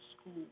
school